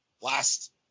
last